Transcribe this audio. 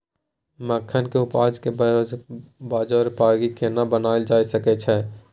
मखान के उपज के बाजारोपयोगी केना बनायल जा सकै छै?